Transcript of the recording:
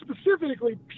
specifically